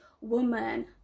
woman